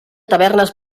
tavernes